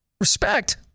Respect